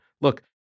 Look